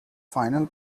final